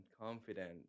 confident